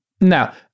Now